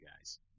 guys